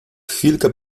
chwilkę